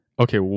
okay